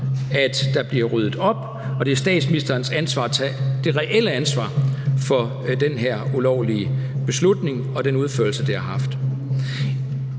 at der bliver ryddet op, og det er statsministerens ansvar at tage det reelle ansvar for den her ulovlige beslutning og den udførelse, det har haft.